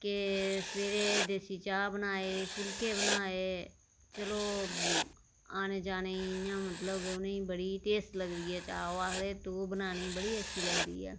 ते फिर देसी चाह् बनाए फुल्के बनाए चलो औने जाने ई इ'यां मतलब बड़ी टेस्टी लगदी ऐ चाह् ओह् आखदे तूं बनानी बड़ी अच्छी लगदी ऐ